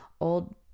old